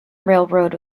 railroad